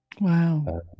Wow